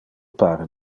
pare